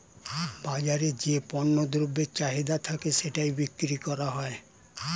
বাজারে যে পণ্য দ্রব্যের চাহিদা থাকে সেটাই বিক্রি করা হয়